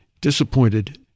disappointed